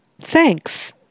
Thanks